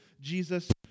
Jesus